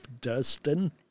Dustin